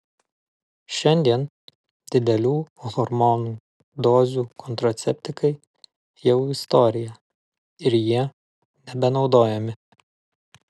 šiandien didelių hormonų dozių kontraceptikai jau istorija ir jie nebenaudojami